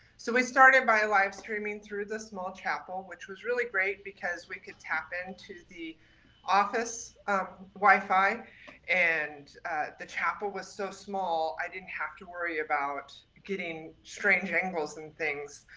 so we started by live streaming through the small chapel, which was really great because we could tap into the office wifi and the chapel was so small i didn't have to worry about getting strange angles and things.